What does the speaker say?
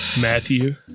Matthew